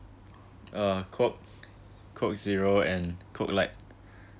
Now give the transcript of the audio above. uh coke coke zero and coke light